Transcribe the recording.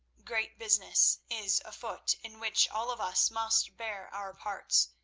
great business is afoot in which all of us must bear our parts.